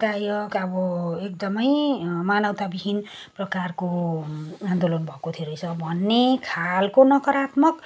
दायक अब एकदमै मानवताविहीन प्रकारको आन्दोलन भएको थियो रहेछ भन्ने खालको नकारात्मक